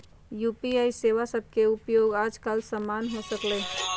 UPI सेवा सभके उपयोग याजकाल सामान्य हो गेल हइ